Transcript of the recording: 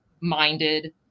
minded